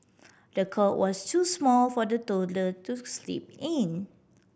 the cot was too small for the toddler to sleep in